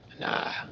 nah